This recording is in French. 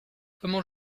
comment